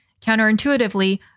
Counterintuitively